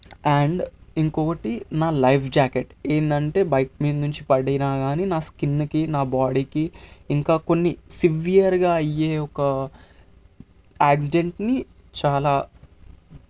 and ఇంకొకటి నా life jacket ఏంటంటే బైక్ మీద నుంచి పడినా కాని నా స్కిన్కి నా బాడీకి ఇంకా కొన్ని సివియర్గా అయ్యే ఒక ఆక్సిడెంట్ని చాలా